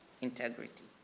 integrity